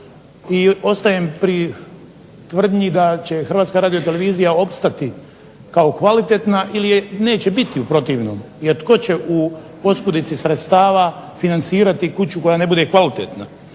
I ostajem pri tvrdnji da će HRT opstati kao kvalitetna ili je neće biti u protivnom, jer tko će u oskudici sredstava financirati kuću koja ne bude kvalitetna.